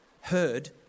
heard